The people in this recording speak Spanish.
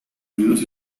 ruidos